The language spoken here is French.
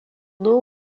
nom